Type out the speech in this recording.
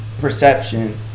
perception